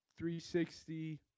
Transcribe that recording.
360